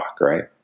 right